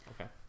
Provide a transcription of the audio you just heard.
okay